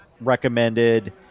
recommended